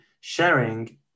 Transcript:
sharing